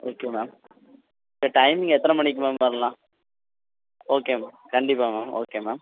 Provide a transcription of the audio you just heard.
okay ma'am timing எத்தனை மணிக்கு ma'am வரலாம் ஓகே மேம் கண்டிப்பாக மேம் ஓகே மேம்